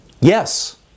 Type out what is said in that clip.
Yes